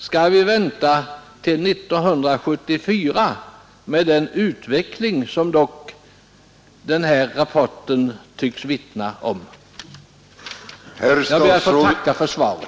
Skall vi vänta till 1974 trots den utveckling som thinnerrapporten vittnar om? Jag tackar för svaret.